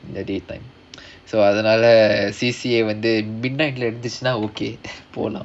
the daytime so அதனால:adhanaala C_C_A வந்து:vandhu